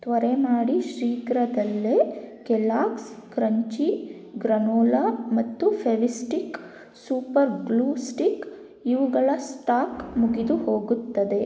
ತ್ವರೆ ಮಾಡಿ ಶೀಘ್ರದಲ್ಲೇ ಕೆಲ್ಲಾಗ್ಸ್ ಕ್ರಂಚಿ ಗ್ರನೋಲಾ ಮತ್ತು ಫೆವಿಸ್ಟಿಕ್ ಸೂಪರ್ ಗ್ಲೂ ಸ್ಟಿಕ್ ಇವುಗಳ ಸ್ಟಾಕ್ ಮುಗಿದು ಹೋಗುತ್ತದೆ